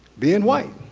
being white.